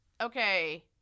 okay